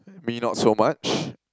me not so much